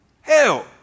Hell